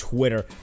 Twitter